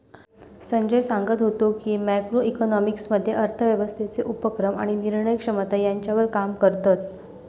संजय सांगत व्हतो की, मॅक्रो इकॉनॉमिक्स मध्ये अर्थव्यवस्थेचे उपक्रम आणि निर्णय क्षमता ह्यांच्यावर काम करतत